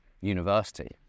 university